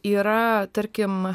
yra tarkim